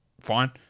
fine